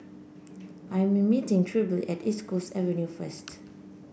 I'm meeting Trilby at East Coast Avenue first